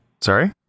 Sorry